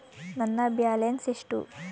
ನನ್ನ ಬ್ಯಾಲೆನ್ಸ್ ಎಷ್ಟು?